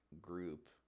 group